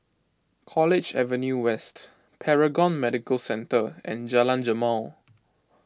College Avenue West Paragon Medical Centre and Jalan Jamal